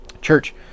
Church